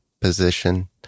position